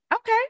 okay